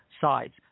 sides